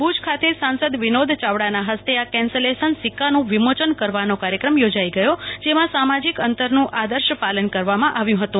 ભુજ ખાતે સાંસદ વિનોદ ચાવડાના હસ્તે આ કેન્સલેશન સિક્કાનું વિમોચન કરવાનો કાર્યક્રમ યોજાઇ ગયો જેમાં સામાજિક અંતરનું આદર્શ પાલન કરાવામાં આવ્યું હતું